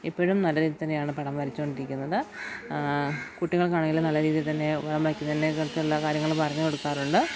ഇപ്പോഴും നല്ല രീതിയിൽ തന്നെയാണ് പടം വരച്ചുകൊണ്ടിരിക്കുന്നത് കുട്ടികൾക്കാണെങ്കിലും നല്ല രീതിയിൽ തന്നെ പടം വരയ്ക്കുന്നതിനെക്കുറിച്ചുള്ള കാര്യങ്ങൾ പറഞ്ഞു കൊടുക്കാറുണ്ട്